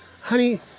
honey